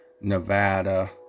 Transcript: Nevada